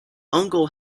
uncle